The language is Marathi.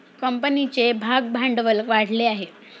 कंपनीचे भागभांडवल वाढले आहे